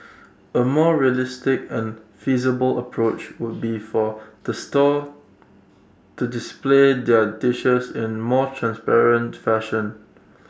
A more realistic and feasible approach would be for the stall to display their dishes in more transparent fashion